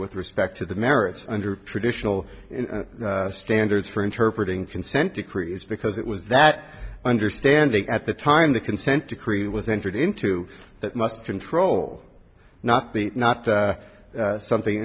with respect to the merits under traditional standards for interpret in consent decrees because it was that understanding at the time the consent decree was entered into that must control not be not something